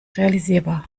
realisierbar